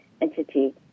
entity